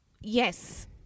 yes